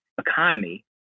economy